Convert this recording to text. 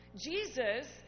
Jesus